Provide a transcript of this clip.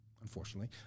unfortunately